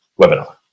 webinar